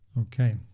Okay